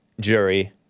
jury